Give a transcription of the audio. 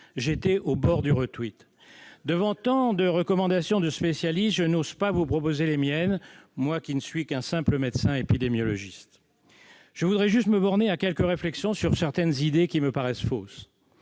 J'étais au bord du Devant tant de recommandations de spécialistes, je n'ose pas vous proposer les miennes, moi qui ne suis qu'un simple médecin épidémiologiste. Je voudrais juste me borner à quelques réflexions sur certaines idées qui me paraissent fausses.